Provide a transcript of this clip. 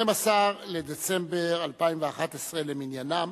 12 בדצמבר 2011 למניינם.